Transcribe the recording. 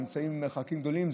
הם נמצאים במרחקים גדולים.